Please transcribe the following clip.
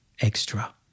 extra